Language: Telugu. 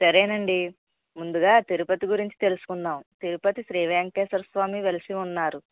సరే అండి ముందుగా తిరుపతి గురించి తెలుసుకుందాము తిరుపతి శ్రీ వేంకటేశ్వర స్వామి వెలసి ఉన్నారు